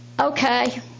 Okay